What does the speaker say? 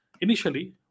initially